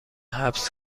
حبس